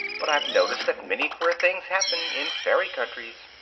but i've noticed that many queer things happen in fairy countries.